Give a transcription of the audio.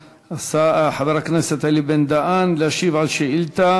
חבר הכנסת אלי בן-דהן להשיב על שאילתה